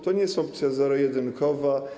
To nie jest opcja zero-jedynkowa.